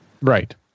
Right